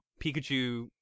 Pikachu